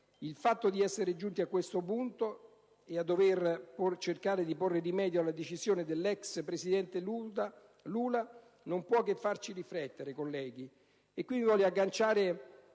il fatto di essere giunti a questo punto, e a dover cercare di porre rimedio alla decisione dell'ex presidente Lula, non può che farci riflettere. In conclusione - ringraziando